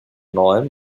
neuem